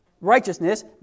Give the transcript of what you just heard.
righteousness